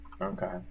Okay